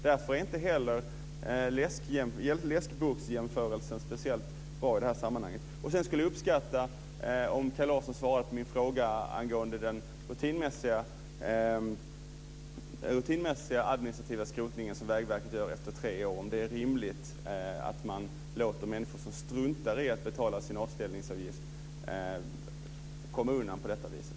Därför är inte heller läskjämförelsen speciellt bra i det här sammanhanget. Jag skulle uppskatta om Kaj Larsson svarade på min fråga angående den rutinmässiga administrativa skrotning som Vägverket gör efter tre år. Är det rimligt att man låter människor som struntar i att betala sin avställningsavgift komma undan på det här viset?